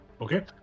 Okay